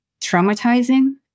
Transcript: traumatizing